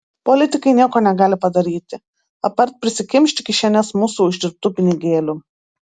politikai nieko negali padaryti apart prisikimšti kišenes mūsų uždirbtų pinigėlių